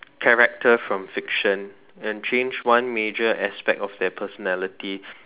character from fiction and change one major aspect of their personality